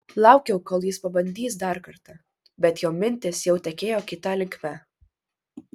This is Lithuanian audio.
laukiau kol jis pabandys dar kartą bet jo mintys jau tekėjo kita linkme